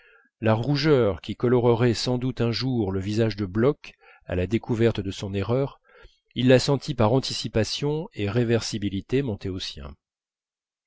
la rougeur qui colorerait sans doute un jour le visage de bloch à la découverte de son erreur il la sentit par anticipation et réversibilité monter au sien